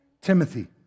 Timothy